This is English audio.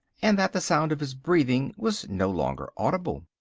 and that the sound of his breathing was no longer audible.